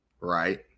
Right